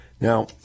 Now